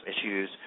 issues